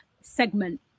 segment